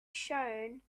shone